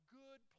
good